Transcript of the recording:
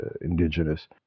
indigenous